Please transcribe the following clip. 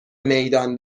میدان